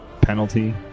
penalty